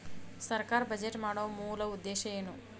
ಸರ್ಕಾರ್ ಬಜೆಟ್ ಮಾಡೊ ಮೂಲ ಉದ್ದೇಶ್ ಏನು?